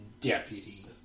deputy